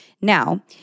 Now